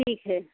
ठीक है